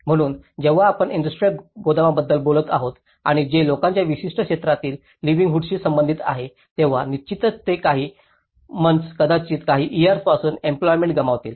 म्हणून जेव्हा आपण इंडस्ट्रियल गोदामांबद्दल बोलत आहोत आणि जे लोकांच्या विशिष्ट क्षेत्रातील लिवलीहूडशी संबंधित आहे तेव्हा निश्चितच ते काही मन्थ्स कदाचित काही इयर्सपासून एम्प्लॉयमेंट गमावतील